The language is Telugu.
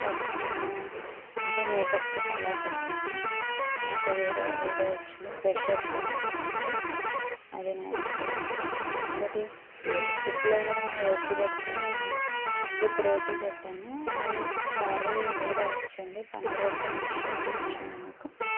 ఫస్ట్ నేను అంటే మేకప్ కిట్ ఎలా పెట్టాను నాకు వేరే వేరే వచ్చింది బ్రషెస్ అలా వచ్చింది అది నా ఎక్స్పీరియన్స్ నేను ఇంకోటి ఫుడ్లో కూడా వెజ్ పెడితే విత్ రోటీ పెట్టాను అది కర్రీ వేరేదొచ్చింది పన్నీర్ పెడితే మష్రూమ్ అని వచ్చింది నాకు